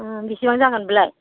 बेसेबां जागोन बेलाय